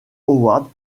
howard